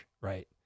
right